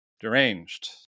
deranged